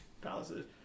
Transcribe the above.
Palaces